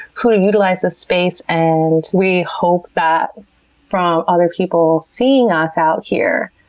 who utilize the space. and we hope that from other people seeing us out here,